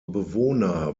bewohner